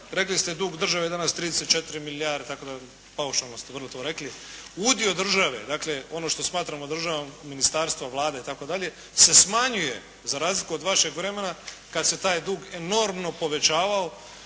rekli ste dug države je danas 34 milijarde itd., paušalno ste vrlo to rekli. Udio države, dakle, ono što smatramo državnom, ministarstvo, Vlada itd., se smanjuje za razliku od vašeg vremena kada se taj dug enormo povećavao.